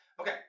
Okay